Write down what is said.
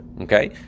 okay